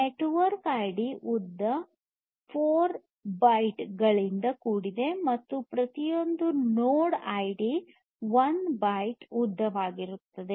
network ID ಉದ್ದ 4 ಬೈಟ್ಗಳಿಂದ ಕೂಡಿದೆ ಮತ್ತು ಈ ಪ್ರತಿಯೊಂದು ನೋಡ್ ID 1 ಬೈಟ್ನ ಉದ್ದವಾಗಿರುತ್ತದೆ